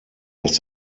dass